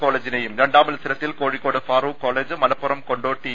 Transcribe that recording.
കോളേജി നേയും രണ്ടാം മത്സരത്തിൽ കോഴിക്കോട് ഫാറൂഖ് കോളേജ് മലപ്പുറം കൊണ്ടോട്ടി ഇ